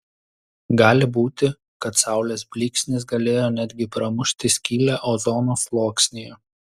gali būti kad saulės blyksnis galėjo netgi pramušti skylę ozono sluoksnyje